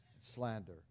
slander